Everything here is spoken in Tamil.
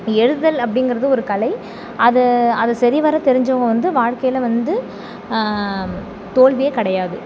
எழுதுதல் அப்படிங்கறது ஒரு கலை அதை அதை சரிவர தெரிஞ்சவங்க வந்து வாழ்க்கையில் வந்து தோல்வியே கிடையாது